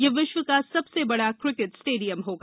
यह विश्व का सबसे बड़ा क्रिकेट स्टेडियम होगा